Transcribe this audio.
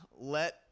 let